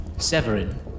Severin